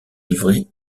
livrée